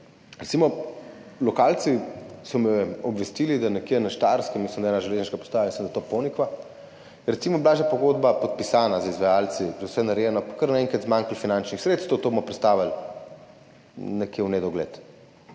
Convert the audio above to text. Recimo, lokalci so me obvestili, da nekje na Štajerskem, mislim, da je to železniška postaja Ponikva, je recimo bila že pogodba podpisana z izvajalci, že vse narejeno, pa je kar naenkrat zmanjkalo finančnih sredstev, to bomo prestavili nekam v nedogled.